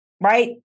right